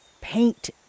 paint